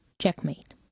checkmate